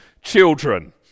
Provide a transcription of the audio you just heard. children